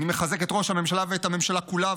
אני מחזק את ראש הממשלה ואת הממשלה כולה,